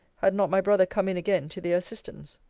had not my brother come in again to their assistance.